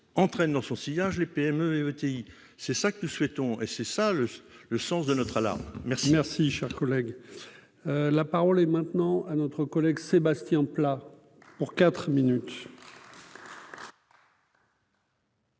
entraîne dans son sillage les PME et ETI, c'est ça que nous souhaitons, et c'est ça le le sens de notre à la mer. Merci, cher collègue, la parole est maintenant à notre collègue Sébastien Pla pour quatre minutes.